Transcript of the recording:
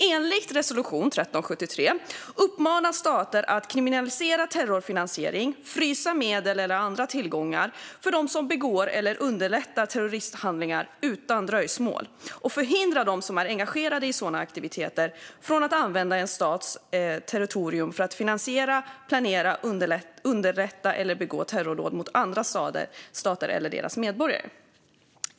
Enligt resolution 1373 uppmanas stater att kriminalisera terrorfinansiering och utan dröjsmål frysa medel eller andra tillgångar för dem som begår eller underlättar terroristhandlingar samt förhindra dem som är engagerade i sådana aktiviteter att använda en stats territorium för att finansiera, planera, underlätta eller begå terrordåd mot andra stater eller deras medborgare.